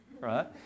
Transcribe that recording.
right